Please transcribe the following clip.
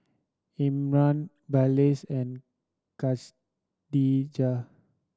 Imran Balqis and Khadija